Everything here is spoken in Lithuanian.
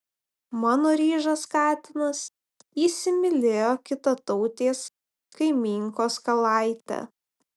mano ryžas katinas įsimylėjo kitatautės kaimynkos kalaitę